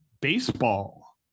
baseball